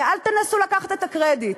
ואל תנסו לקחת את הקרדיט.